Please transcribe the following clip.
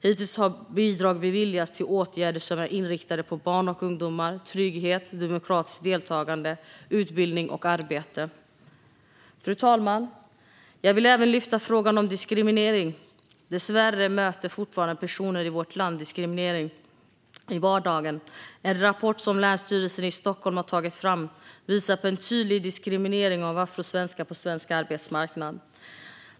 Hittills har bidrag beviljats till åtgärder som är inriktade på barn och ungdomar, trygghet, demokratiskt deltagande, utbildning och arbete. Fru talman! Jag vill även lyfta fram frågan om diskriminering. Dessvärre möter fortfarande personer i vårt land diskriminering i vardagen. En rapport som Länsstyrelsen i Stockholm har tagit fram visar på en tydlig diskriminering av afrosvenskar på svensk arbetsmarknad.